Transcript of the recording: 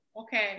okay